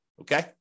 okay